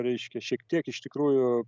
reiškia šiek tiek iš tikrųjų